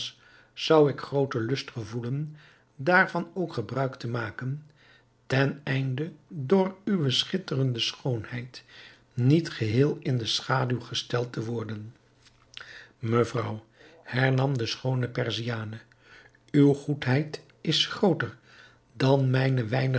zou ik grooten lust gevoelen daarvan ook gebruik te maken ten einde door uwe schitterende schoonheid niet geheel in de schaduw gesteld te worden mevrouw hernam de schoone perziane uwe goedheid is grooter dan mijne